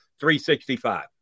365